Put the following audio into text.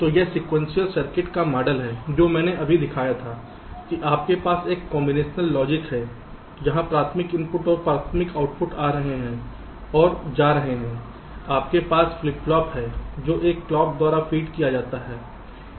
तो यह sequential circuit का मॉडल है जो मैंने अभी दिखाया था कि आपके पास एक कांबिनेशनल लॉजिक है जहां प्राथमिक इनपुट और प्राथमिक आउटपुट आ रहे हैं और जा रहे हैं आपके पास फ्लिप फ्लॉप हैं जो एक क्लॉक द्वारा फीड जाते हैं